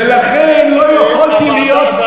ולכן לא יכולתי להיות,